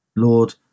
Lord